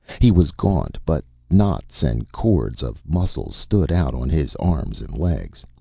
he was gaunt, but knots and cords of muscles stood out on his arms and legs,